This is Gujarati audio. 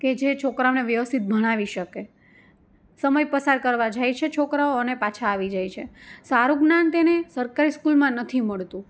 કે જે છોકરાઓને વ્યવસ્થિત ભણાવી શકે સમય પસાર કરવા જાય છે છોકરાઓ અને પાછા આવી જાય છે સારું જ્ઞાન તેને સરકારી સ્કૂલમાં નથી મળતું